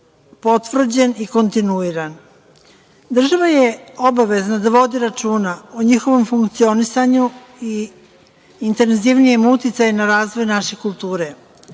potvrđen i kontinuiran. Država je obavezna da vodi računa o njihovom funkcionisanju i intenzivnijem uticaju na razvoj naše kulture.